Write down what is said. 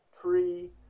tree